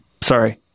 sorry